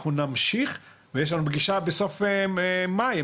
אנחנו נמשיך ויש לנו פגישה בסוף מאי,